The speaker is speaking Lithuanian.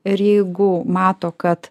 ir jeigu mato kad